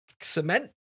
cement